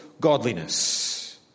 godliness